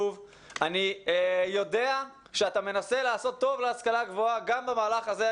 אני יודע שאתה מנסה לעשות טוב להשכלה הגבוהה גם במהלך הזה.